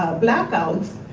blackouts